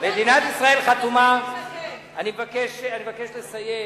מדינת ישראל חתומה, קדימה, אני מבקש לסיים.